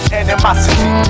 animosity